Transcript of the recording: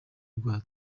rwa